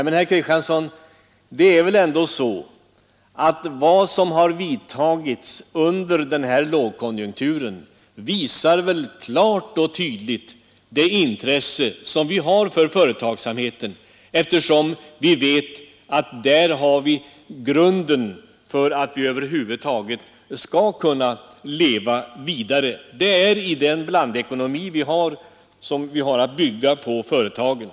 Men, herr Kristiansson, vad som har vidtagits under denna lågkonjunktur visar väl klart vårt intresse för företagsamheten. Vi vet att i den blandekonomi som vi har i vårt land är företagen grunden för en fortsatt ekonomisk utveckling.